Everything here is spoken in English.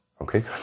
Okay